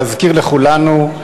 להזכיר לכולנו,